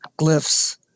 glyphs